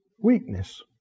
weakness